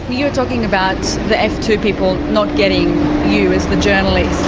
you're talking about the f two people not getting you as the journalists,